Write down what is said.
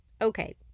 okay